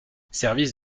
service